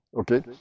okay